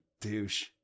douche